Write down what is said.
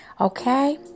Okay